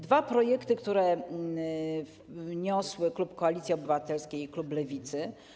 Dwa projekty, które wniosły klub Koalicji Obywatelskiej i klub Lewicy.